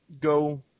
go